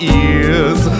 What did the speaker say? ears